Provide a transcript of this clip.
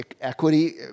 equity